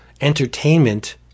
entertainment